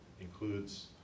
includes